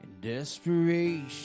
desperation